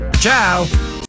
Ciao